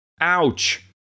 Ouch